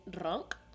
drunk